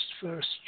first